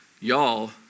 y'all